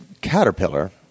caterpillar